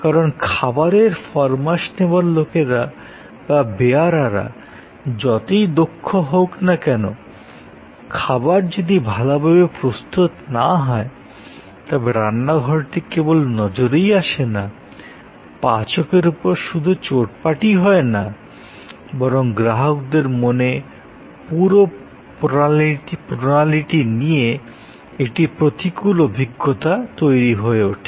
কারণ খাবারের ফরমাশ নেওয়ার লোকেরা বা বেয়ারারা যতই দক্ষ হউক না কেন যদি খাবার ভালভাবে প্রস্তুত না হয় তবে রান্নাঘরটি কেবল নজরেই আসে না পাচকের উপর চোটপাটই শুধু হয় না বরঞ্চ গ্রাহকদের মনে পুরো প্রণালীটি নিয়ে তখন একটি প্রতিকূল অভিজ্ঞতা তৈরি হয় ওঠে